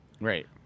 Right